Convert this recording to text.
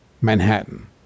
manhattan